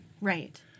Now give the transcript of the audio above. right